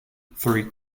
three